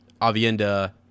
avienda